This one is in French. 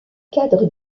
cadre